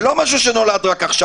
זה לא משהו שנולד רק עכשיו,